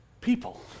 people